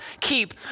keep